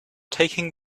taking